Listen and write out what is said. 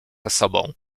sobą